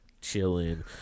chilling